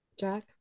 Jack